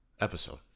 episode